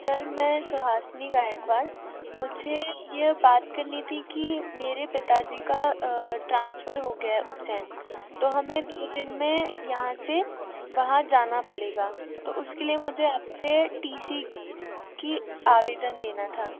sir मैं सुहासनी गायकवाड़ मुझे ये बात करनी थी कि मेरे पिता जी का ट्रांसफर हो गया उज्जैन तो हमें दो दिन में यहाँ से वहाँ जाना पड़ेगा तो उसके लिए मुझे आप से टी सी का आवेदन देना था